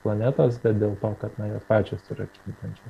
planetos bet dėl to kad na jos pačios yra kintančios